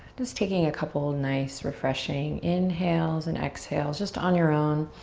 just taking a couple of nice refreshing inhales and exhales, just on your own.